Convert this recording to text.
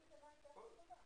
)